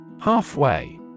Halfway